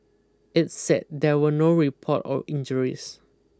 it said there were no report of injuries